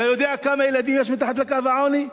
אתה יודע כמה ילדים יש מתחת לקו העוני?